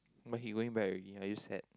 but he going back already are you sad